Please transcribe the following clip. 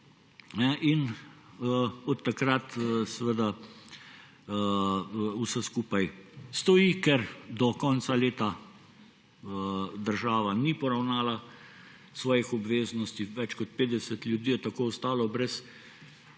in od takrat vse skupaj stoji, ker do konca leta država ni poravnala svojih obveznosti. Več kot 50 ljudi je tako ostalo brez